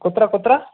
कुत्र कुत्र